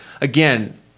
again